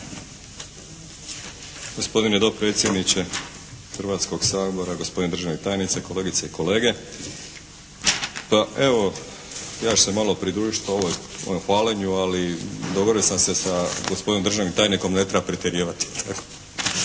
Gospodine dopredsjedniče Hrvatskog sabora, gospodine državni tajniče, kolegice i kolege. Pa evo, ja ću se malo pridružiti ovom hvalenju, ali dogovorio sam se sa gospodinom državnim tajnikom da ne treba pretjerivati.